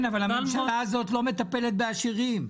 אבל הממשלה הזאת לא מטפלת בעשירים.